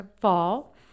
fall